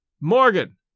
Morgan